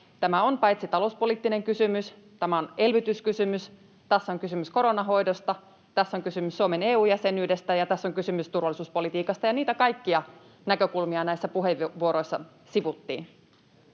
tämä on talouspoliittinen kysymys, tämä on myös elvytyskysymys, tässä on kysymys koronan hoidosta, tässä on kysymys Suomen EU-jäsenyydestä, ja tässä on kysymys turvallisuuspolitiikasta, ja niitä kaikkia näkökulmia näissä puheenvuoroissa sivuttiin.